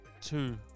two